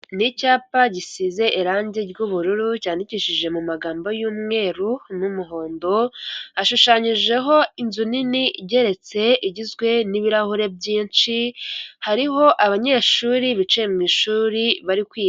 Ni icyapa gisize irangi ry'ubururu, cyandikishije mu magambo y'umweru n'umuhondo, hashushanyijeho inzu nini igeretse igizwe n'ibirahure byinshi, hariho abanyeshuri bicaye mu ishuri bari kwiga.